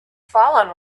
fallen